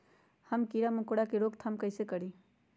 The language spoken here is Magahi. हम किरा मकोरा के रोक थाम कईसे करी?